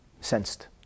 sensed